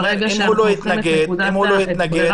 ברגע שאנחנו הופכים את ברירת המחדל,